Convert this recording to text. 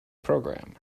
program